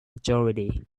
majority